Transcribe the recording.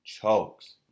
chokes